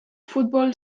futbol